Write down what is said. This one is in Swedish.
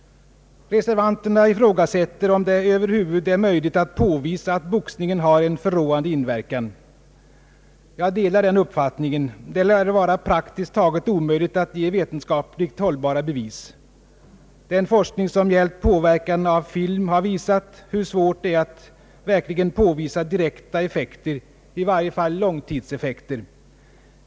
Reservanterna ifrågasätter om det över huvud är möjligt att påvisa att boxningen har en förråande inverkan. Jag delar den uppfattningen. Det lär vara praktiskt taget omöjligt att ge vetenskapligt hållbara bevis. Den forskning som har gällt påverkan av film har visat hur svårt det är att verkligen påvisa direkta effekter, i varje fall långtidseffekter.